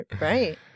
Right